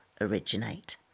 originate